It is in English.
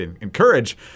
encourage